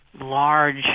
large